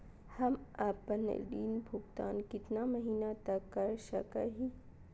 हम आपन ऋण भुगतान कितना महीना तक कर सक ही?